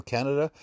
Canada